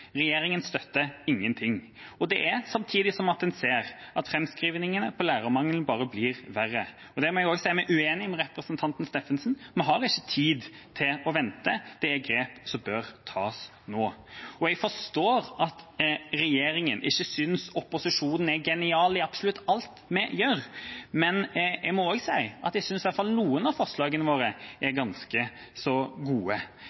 støtter ingenting, og det er samtidig som en ser at framskrivingene på lærermangelen bare blir verre. Der må jeg også si meg uenig med representanten Steffensen – vi har ikke tid til å vente, det er grep som bør tas nå. Jeg forstår at regjeringa ikke synes opposisjonen er genial i absolutt alt vi gjør, men jeg må også si at jeg synes i hvert fall noen av forslagene våre er ganske så gode.